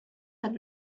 had